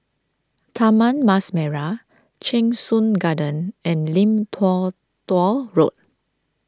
Taman Mas Merah Cheng Soon Garden and Lim Tua Tow Road